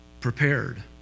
prepared